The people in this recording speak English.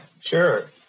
Sure